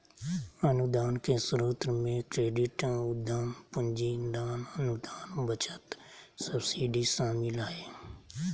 अनुदान के स्रोत मे क्रेडिट, उधम पूंजी, दान, अनुदान, बचत, सब्सिडी शामिल हय